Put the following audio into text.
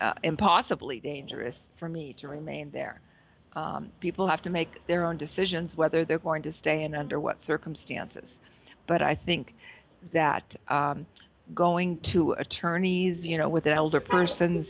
impossibly dangerous for me to remain there people have to make their own decisions whether they're going to stay and under what circumstances but i think that going to attorneys you know with an elder person